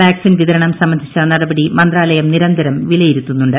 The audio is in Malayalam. വാക്സിൻ വിതരണം സംബന്ധിച്ച നടപടി മന്ത്രാലയം നിരന്തരം വിലയിരുത്തുന്നുണ്ട്